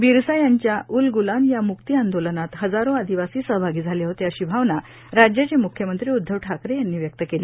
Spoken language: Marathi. बिरसा यांच्या उलग्लान या म्क्तीआंदोलनात हजारो आदिवासी सहभागी झाले होते अशी भावना राज्याचे म्ख्यमंत्री उद्धव ठाकरे यांनी व्यक्त केली